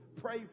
pray